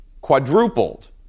quadrupled